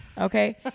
okay